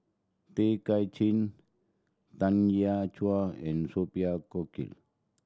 Tay Kay Chin Tanya Chua and Sophia Cooke